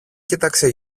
κοίταξε